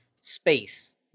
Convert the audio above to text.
space